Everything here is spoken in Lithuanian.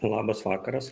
labas vakaras